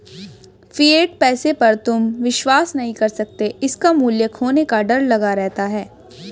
fiat पैसे पर तुम विश्वास नहीं कर सकते इसका मूल्य खोने का डर लगा रहता है